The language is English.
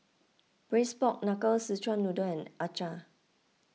Braised Pork Knuckle Szechuan Noodle and